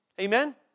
Amen